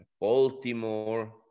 Baltimore